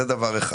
זה דבר אחד.